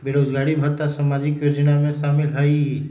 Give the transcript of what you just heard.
बेरोजगारी भत्ता सामाजिक योजना में शामिल ह ई?